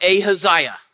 Ahaziah